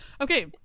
Okay